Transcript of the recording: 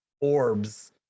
orbs